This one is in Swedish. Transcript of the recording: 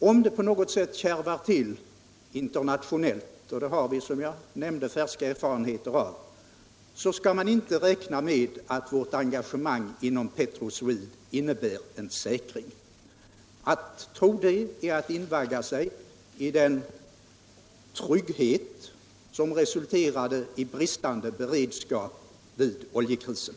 Om det på något sätt kärvar till internationellt — att sådant kan hända har vi, som jag nämnde, färska erfarenheter av — skall man inte räkna med att vårt engagemang inom Petroswede innebär någon säkerhet. Att tro det är att invagga sig i den sorts trygghet som resulterade i bristande beredskap inför oljekrisen.